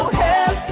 help